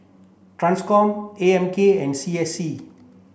TRANSCOM A M K and C S C